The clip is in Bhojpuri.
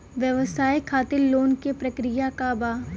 व्यवसाय खातीर लोन के प्रक्रिया का बा?